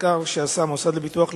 המחקר שעשה המוסד לביטוח לאומי,